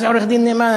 מה זה עורך-דין נאמן?